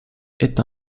est